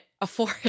afford